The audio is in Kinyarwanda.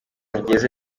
ngeze